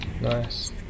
nice